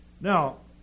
Now